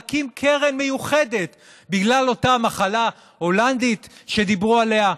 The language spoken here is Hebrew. להקים קרן מיוחדת בגלל אותה מחלה הולנדית שדיברו עליה,